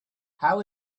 how